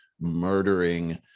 murdering